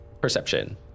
Perception